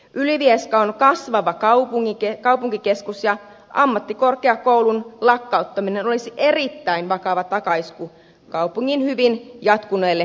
ylivieska on kasvava kaupunkikeskus ja ammattikorkeakoulun lakkauttaminen olisi erittäin vakava takaisku kaupungin hyvin jatkuneelle kehitykselle